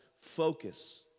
focus